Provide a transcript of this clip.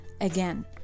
Again